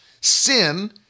Sin